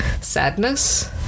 sadness